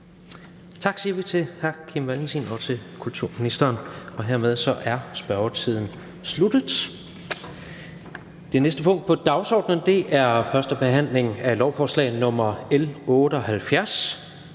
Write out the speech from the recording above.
Vi siger tak til hr. Kim Valentin og kulturministeren. Hermed er spørgetiden sluttet. --- Det næste punkt på dagsordenen er: 3) 1. behandling af lovforslag nr. L 78: